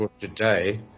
today